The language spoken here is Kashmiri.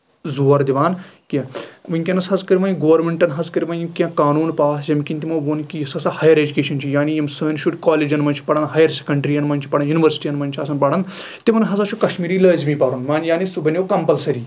زور دِوان کیٚنٛہہ ونکیٚنس حظ کٔر وۄنۍ گورنمیٚنٹن حظ کٔر وۄنۍ یِم کیٚنٛہہ قونوٗن پاس ییٚمہِ کِنۍ تِمو ووٚن کہِ یُس ہسا ہیر اٮ۪جوکیشن چھُ یعنی یِم سٲنۍ شُر کالجن منٛز چھِ پَران ہیر سیٚکنٛڑرٛین منٛز چھِ پران یونیورسٹین منٛز چھِ آسان پَران تِمن ہسا چھُ کَشمیٖری لٲزمی پَرُن یعنی سُہ بَنٮ۪و کَمپلسٔری